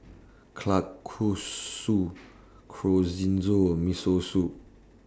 Kalguksu Chorizo and Miso Soup